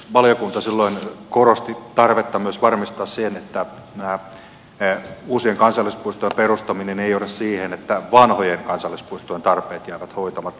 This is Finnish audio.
valiokunta silloin korosti tarvetta myös varmistaa se että näiden uusien kansallispuistojen perustaminen ei johda siihen että vanhojen kansallispuistojen tarpeet jäävät hoitamatta